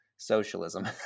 socialism